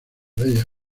reyes